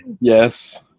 yes